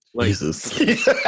Jesus